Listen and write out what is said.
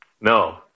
No